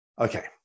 Okay